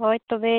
ᱦᱳᱭ ᱛᱚᱵᱮ